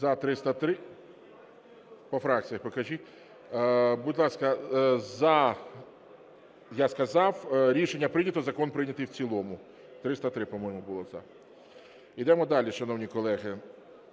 За-303 По фракціях покажіть. Будь ласка, "за", я сказав. Рішення прийнято і закон прийнятий в цілому. 303, по-моєму, було "за". Йдемо далі, шановні колеги.